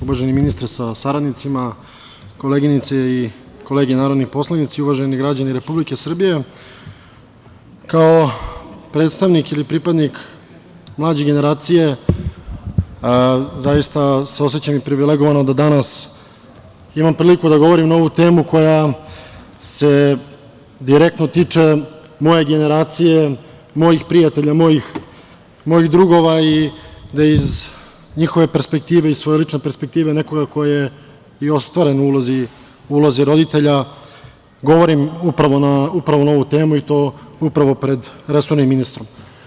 Uvaženi ministre sa saradnicima, koleginice i kolege narodni poslanici, uvaženi građani Republike Srbije, kao predstavnik ili pripadnik mlađe generacije zaista se osećam i privilegovano da danas imam priliku da govorim na ovu temu koja se direktno tiče moje generacije, mojih prijatelja, mojih drugova i da iz njihove perspektive i svoje lične perspektive nekome ko je i ostvaren u ulozi roditelja govorim upravo na ovu temu i to upravo pred resornim ministrom.